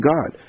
God